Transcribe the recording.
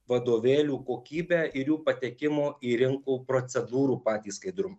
vadovėlių kokybę ir jų patekimo į rinkų procedūrų patį skaidrumą